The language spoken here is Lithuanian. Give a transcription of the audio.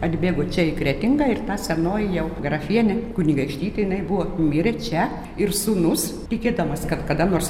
atbėgo čia į kretingą ir ta senoji jau grafienė kunigaikštytė jinai buvo mirė čia ir sūnus tikėdamas kad kada nors